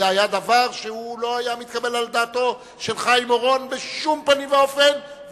זה היה דבר שהוא לא היה מתקבל על דעתו של חיים אורון בשום פנים ואופן,